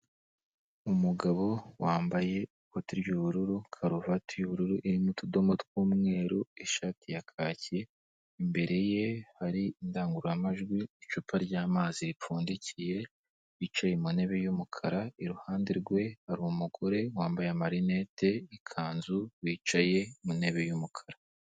Umugabo wambaye ikote ry'ubururu karuvati y'ubururu irimo utudomo tw'umweru ishati ya kaki, imbere ye hari indangururamajwi, icupa ry'amazi ripfundikiye bicaye mu ntebe y'umukara, iruhande rwe hari umugore wambaye amarinete ikanzu wicaye ku ntebe y'umukara.